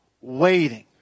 waiting